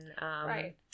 Right